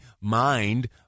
mind